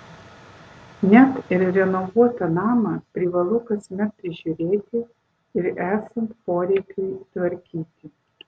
net ir renovuotą namą privalu kasmet prižiūrėti ir esant poreikiui tvarkyti